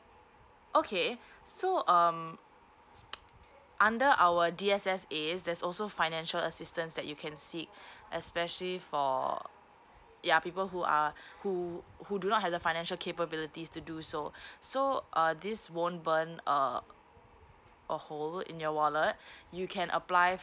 okay so um under our D_S_S_As there's also financial assistance that you can seek especially for yeah people who are who who do not have the financial capabilities to do so so err this won't burn a a hole in your wallet you can apply